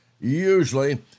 usually